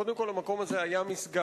קודם כול, המקום הזה היה מסגד,